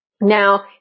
Now